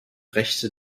rechte